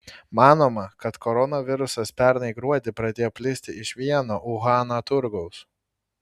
manoma kad koronavirusas pernai gruodį pradėjo plisti iš vieno uhano turgaus